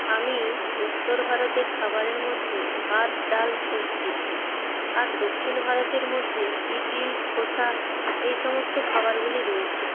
আমি উত্তর ভারতের খাবারের মধ্যে ভাত ডাল সবজি আর দক্ষিণ ভারতের মধ্যে ইডলি ধোসা এই সমস্ত খাবারগুলি রয়েছে